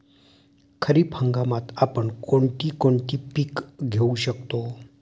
खरीप हंगामात आपण कोणती कोणती पीक घेऊ शकतो?